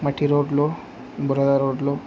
మట్టి రోడ్లో బురద రోడ్లో